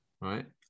right